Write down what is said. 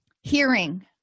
Hearing